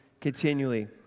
continually